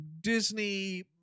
Disney